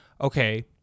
okay